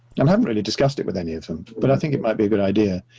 and haven't really discussed it with any of them, but i think it might be a good idea,